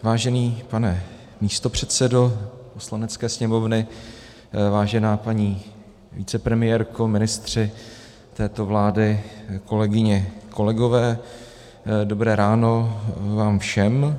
Vážený pane místopředsedo Poslanecké sněmovny, vážená paní vicepremiérko, ministři této vlády, kolegyně, kolegové, dobré ráno vám všem.